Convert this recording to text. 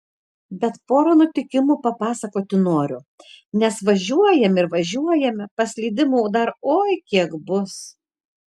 bet porą nutikimų papasakoti noriu nes važiuojame ir važiuojame paslydimų dar oi kiek bus